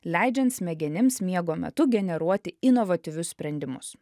leidžiant smegenims miego metu generuoti inovatyvius sprendimus